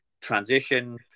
transition